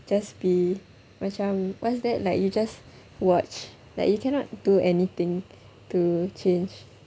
just be macam what's that like you just watch like you cannot do anything to change